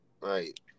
Right